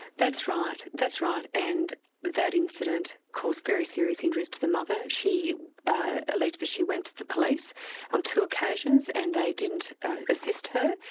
that's right that's right. and that incident caused very serious injuries to the mother. she alleged that she went to the police on two occasions, and they didn't assist her.